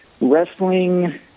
wrestling